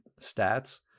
stats